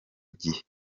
gihe